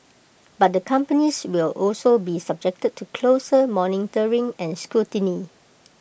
but the companies will also be subjected to closer monitoring and scrutiny